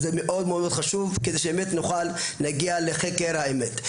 זה מאוד מאוד חשוב כדי שבאמת נוכל להגיע לחקר האמת.